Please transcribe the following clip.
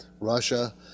Russia